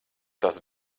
tas